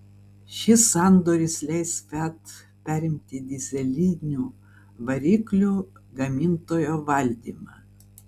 šis sandoris leis fiat perimti dyzelinių variklių gamintojo valdymą